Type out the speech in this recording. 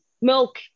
milk